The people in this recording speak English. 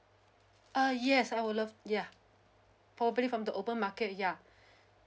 uh yes I would love yeah probably from the open market yeah